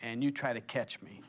and you try to catch me